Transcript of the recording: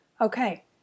okay